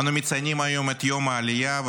אנו מציינים היום את יום העלייה,